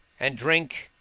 and drink,